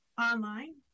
online